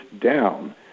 down